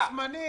קושניר.